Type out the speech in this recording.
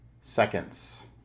seconds